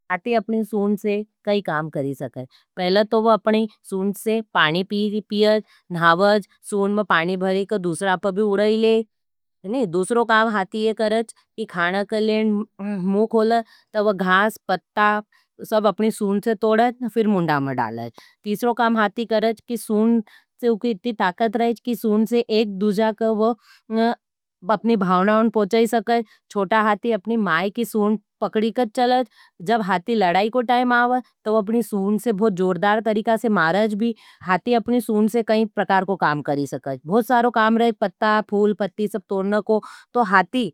हाथी अपनी सूंड से काई काम करी सके। पहला ता वो अपनी सूंड से पानी पेवज, नहावज, सूंड में पानी भरी, तो दूसरा प भी उडईले। दूसरो काम हाथी ये करेज, कि खाना के लिए, मुख खोले, तो वो घास, पत्ता, सब अपनी सूंड से तोड़ेज, फिर मुंदा में डालेज। तीसरो काम हाथी करेज, कि सूंड से इतनी ताकत रहेज, कि सूंड से एक दूसरा का वो अपनी भावणावन पोचेज सके। छोटा हाथी अपनी माई की सूंड पकड़ी कर चलेज, जब हाथी लड़ाई को टाइम आवाद, तो अपनी सूंड से बहुत जोरदार तरीका से मारज भी, हाथी अपनी सून से कई प्रकार को काम करी सके। बहुत सारो काम रहेज, पत्ता, फूल, पत्ती सब तोड़ना को, तो हाथी।